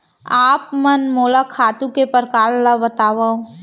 आप मन मोला खातू के प्रकार ल बतावव?